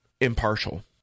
impartial